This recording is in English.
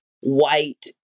white